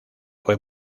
fue